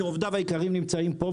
שעובדיו היקרים נמצאים פה,